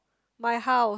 my house